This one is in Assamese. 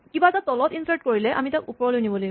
কিবা তলত ইনচাৰ্ট কৰিলে আমি তাক ওপৰলৈ নিব লাগিব